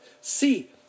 See